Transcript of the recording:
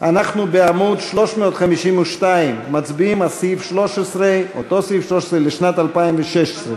אנחנו בעמוד 352, מצביעים על סעיף 13 לשנת 2016,